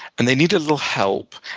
and they need a little help.